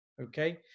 okay